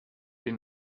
den